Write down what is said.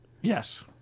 Yes